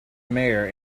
mayor